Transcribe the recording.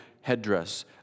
headdress